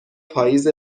پائیز